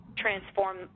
transform